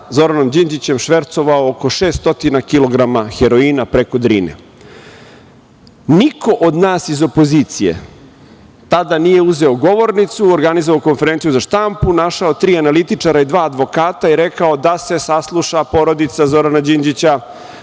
Zoranom Đinđićem švercovao oko 600 kg heroina preko Drine. Niko od nas iz opozicije tada nije uzeo govornicu, organizovao konferenciju za štampu, našao tri analitičara i dva advokata i rekao da se sasluša porodica Zorana Đinđića,